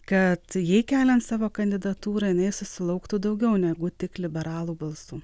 kad jai keliant savo kandidatūrą jinai susilauktų daugiau negu tik liberalų balsų